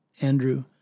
Andrew